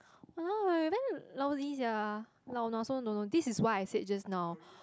ah damn lousy sia lou~ I also don't know this is what I said just now